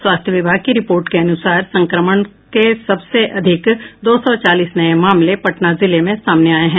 स्वास्थ्य विभाग की रिपोर्ट के अनुसार संक्रमण के सबसे अधिक दो सौ चालीस नये मामले पटना जिले में सामने आये हैं